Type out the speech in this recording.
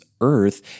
Earth